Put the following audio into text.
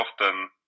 often